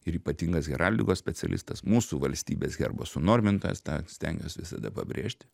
ir ypatingas heraldikos specialistas mūsų valstybės herbo sunormintojas tą stengiuos visada pabrėžti